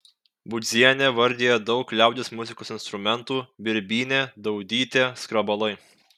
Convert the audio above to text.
budzienė vardija daug liaudies muzikos instrumentų birbynė daudytė skrabalai